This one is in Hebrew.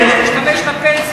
הם רוצים שתשתמש בפנסיה.